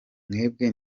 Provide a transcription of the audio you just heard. mwebwe